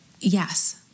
Yes